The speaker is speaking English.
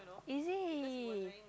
is it